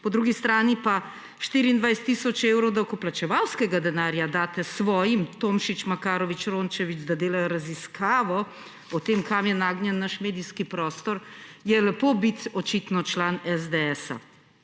Po drugi strani pa 24 tisoč evrov davkoplačevalskega denarja date svojim, Tomšič, Makarovič, Rončević, da delajo raziskavo o tem, kam je nagnjen naš medijski prostor. Očitno je lepo biti član SDS.